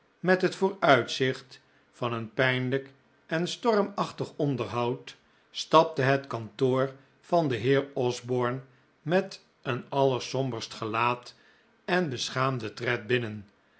met het vooruitzicht van een pijnlijk en stormachtig onderhoud stapte het kantoor van den heer osborne met een allersomberst gelaat en beschaamden tred binnen